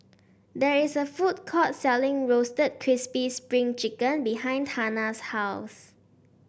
there is a food court selling Roasted Crispy Spring Chicken behind Tana's house